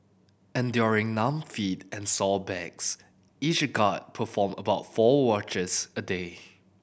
enduring numb feet and sore backs each guard perform about four watches a day